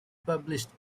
published